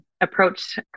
approach